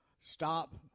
stop